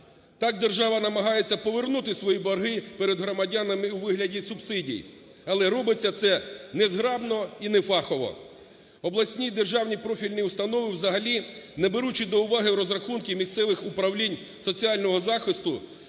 Так, держава намагається повернути свої борги перед громадянами у вигляді субсидій, але робиться це незграбно і не фахово. Обласні державні профільні установи, взагалі не беручи до уваги розрахунки місцевих управлінь соціального захисту,